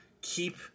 keep